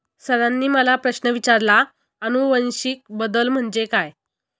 सरांनी मला प्रश्न विचारला आनुवंशिक बदल म्हणजे काय?